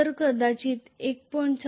तर कदाचित 1